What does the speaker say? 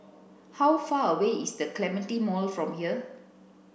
how far away is the Clementi Mall from here